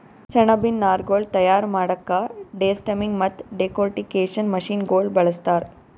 ಸೆಣಬಿನ್ ನಾರ್ಗೊಳ್ ತಯಾರ್ ಮಾಡಕ್ಕಾ ಡೆಸ್ಟಮ್ಮಿಂಗ್ ಮತ್ತ್ ಡೆಕೊರ್ಟಿಕೇಷನ್ ಮಷಿನಗೋಳ್ ಬಳಸ್ತಾರ್